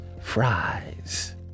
fries